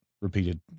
repeated